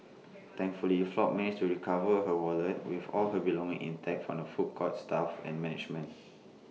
thankfully Flores managed to recover her wallet with all her belongings intact from the food court's staff and management